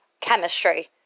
chemistry